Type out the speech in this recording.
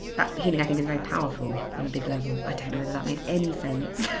that healing i think is very powerful on a big level i don't know whether that made any sense.